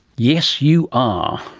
yes you are.